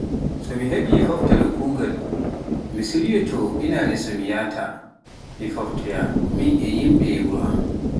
so mi heɓi fofftere kuugal, mi sirryo to inaare so mi yahhata mi foftoya e yimɓe wuro am.